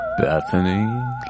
Bethany